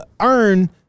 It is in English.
earn